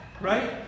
Right